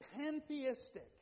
pantheistic